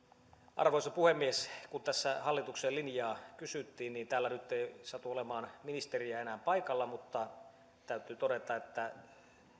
arvoisa puhemies kun tässä hallituksen linjaa kysyttiin niin täällä nyt ei satu olemaan ministeriä enää paikalla mutta täytyy todeta että